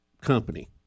company